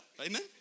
amen